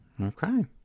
Okay